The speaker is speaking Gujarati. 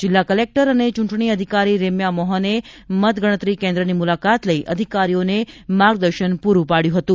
જિલ્લા કલેક્ટર અને ચૂંટણી અધિકારી રેમ્યા મોહને મતગણતરી કેન્દ્રની મુલાકાત લઇ અધિકારીઓને માર્ગદર્શન પુરૂ પાડ્યું હતું